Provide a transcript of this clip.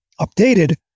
updated